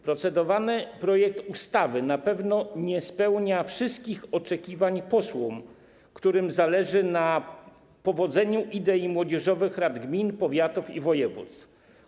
Procedowany projekt ustawy na pewno nie spełnia wszystkich oczekiwań posłów, którym zależy na powodzeniu idei młodzieżowych rad gmin, powiatów i województw.